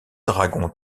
dragons